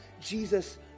Jesus